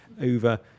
over